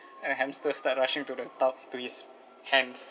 and the hamster start rushing to the thumb to his hands